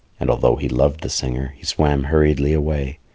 and although he loved the singer he swam hurriedly away.